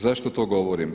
Zašto to govorim?